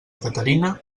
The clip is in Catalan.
caterina